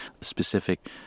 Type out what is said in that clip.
specific